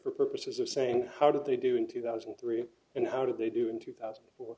for purposes of saying how did they do in two thousand and three and how did they do in two thousand or